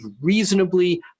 reasonably